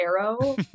arrow